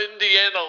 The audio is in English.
Indiana